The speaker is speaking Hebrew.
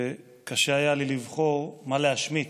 וקשה היה לי לבחור מה להשמיט.